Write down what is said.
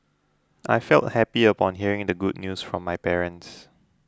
I felt happy upon hearing the good news from my parents